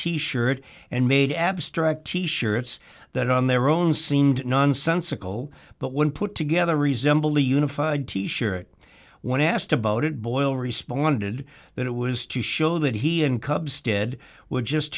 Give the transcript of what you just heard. t shirt and made abstract t shirts that on their own seemed nonsensical but when put together resemble the unified t shirt when asked about it boyle responded that it was to show that he and cubs dead were just